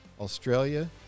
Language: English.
Australia